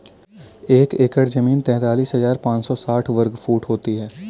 एक एकड़ जमीन तैंतालीस हजार पांच सौ साठ वर्ग फुट होती है